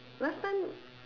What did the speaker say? last time